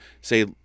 Say